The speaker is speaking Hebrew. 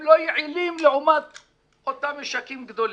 לא יעילים לעומת אותם משקים גדולים.